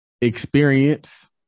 Experience